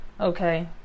Okay